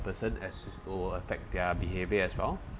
person as will affect their behavior as well